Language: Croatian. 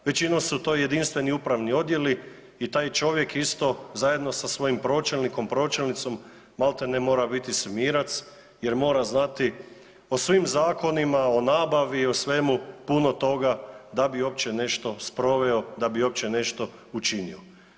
Većinom su to jedinstveni upravni odjeli i taj čovjek isto zajedno sa svojim pročelnikom, pročelnicom maltene mora biti svemirac jer mora znati o svim zakonima, o nabavi, o svemu puno toga da bi uopće nešto sproveo, da bi uopće nešto učinio.